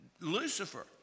Lucifer